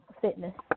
fitness